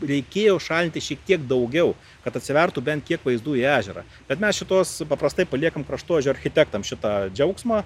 reikėjo šalinti šiek tiek daugiau kad atsivertų bent kiek vaizdų į ežerą bet mes šituos paprastai paliekam kraštovaizdžio architektam šitą džiaugsmą